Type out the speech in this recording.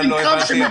לא הבנתי,